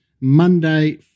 Monday